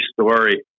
story